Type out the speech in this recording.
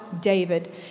David